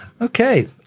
Okay